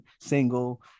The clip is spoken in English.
single